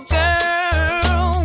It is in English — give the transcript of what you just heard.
girl